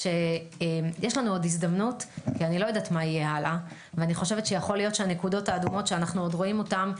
יש לנו הזדמנות יכול להיות שהנקודות האדומות שאנחנו רואים אותן,